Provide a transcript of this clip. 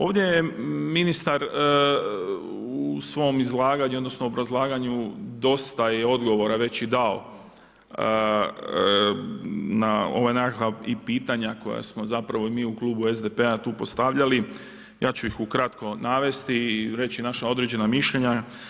Ovdje je ministar u svom izlaganju, odnosno, obrazlaganju, dosta je odgovora već i dao, na ova nekakva pitanja, koja smo zapravo mi u Klubu SDP-a tu postavljali, ja ću ih ukratko navesti i reći naša određena mišljenja.